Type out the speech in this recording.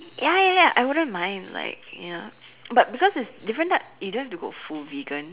ya ya ya I wouldn't mind like ya but because it's different types you don't have to go full vegan